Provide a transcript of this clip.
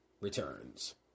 Returns